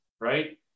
right